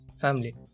family